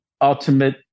ultimate